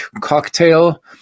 cocktail